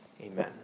Amen